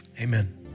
amen